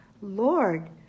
Lord